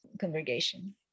congregation